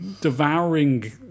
devouring